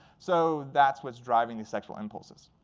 so that's what's driving these sexual impulses.